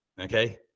okay